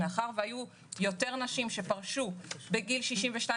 מאחר והיו יותר נשים שפרשו בגיל 62,